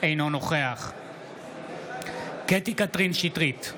אינו נוכח קטי קטרין שטרית,